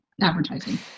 advertising